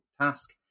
task